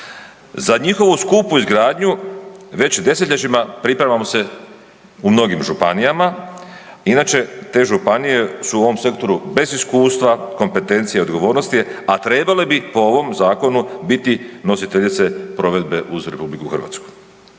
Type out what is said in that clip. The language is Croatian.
Za njihovu skupu izgradnju već desetljećima pripremamo se u mnogim županijama, inače te županije su u ovom sektoru bez iskustva, kompetencija i odgovornosti, a trebale bi po ovom zakonu biti nositeljice provedbe uz RH.